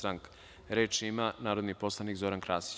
Reč ima narodni poslanik Zoran Krasić.